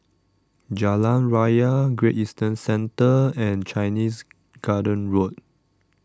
Jalan Raya Great Eastern Centre and Chinese Garden Road